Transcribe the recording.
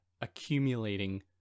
accumulating